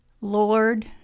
Lord